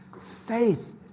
faith